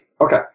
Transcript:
Okay